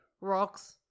Rocks